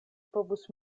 povus